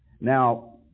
now